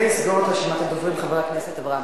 ויסגור את רשימת הדוברים חבר הכנסת אברהם